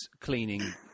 cleaning